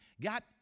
got